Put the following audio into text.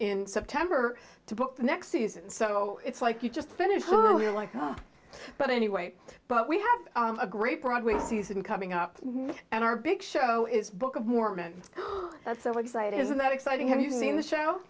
in september to book the next season so it's like you just finished but anyway but we have a great broadway season coming and our big show is book of mormon oh that's so exciting isn't that exciting have you seen the show